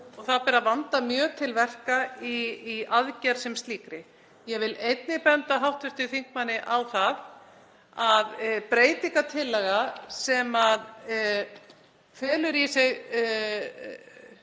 og það ber að vanda mjög til verka í aðgerð sem slíkri. Ég vil einnig benda hv. þingmanni á það að breytingartillaga sem felur í sér